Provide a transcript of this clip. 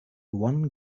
one